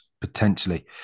potentially